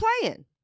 playing